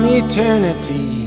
eternity